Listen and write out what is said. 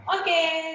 Okay